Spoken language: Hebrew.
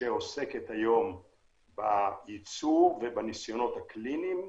שעוסקת היום בייצור ובניסיונות הקליניים,